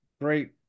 Great